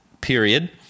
period